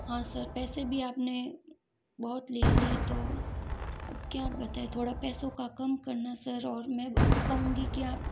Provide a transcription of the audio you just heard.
हाँ सर पैसे भी आप ने बहुत ले लिए तो अब क्या बताएं थोड़ा पैसों का कम करना सर और मैं कहूँगी की आप